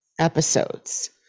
episodes